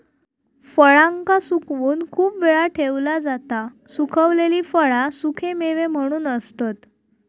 फळांका सुकवून खूप वेळ ठेवला जाता सुखवलेली फळा सुखेमेवे म्हणून असतत